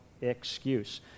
excuse